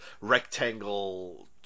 rectangle